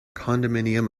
condominium